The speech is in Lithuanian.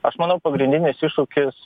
aš manau pagrindinis iššūkis